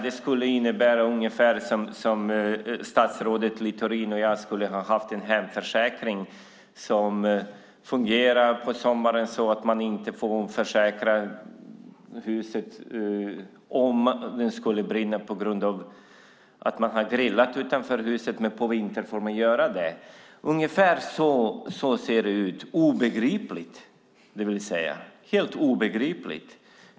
Det är ungefär som om statsrådet Littorin och jag skulle ha en hemförsäkring som fungerar så att man inte får omförsäkra huset på sommaren om det skulle brinna på grund av att man har grillat utanför, men på vintern får man göra det. Ungefär så ser det ut. Det är obegripligt.